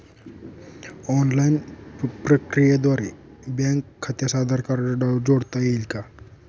Online प्रक्रियेद्वारे bank खात्यास Aadhaar card जोडता येईल का?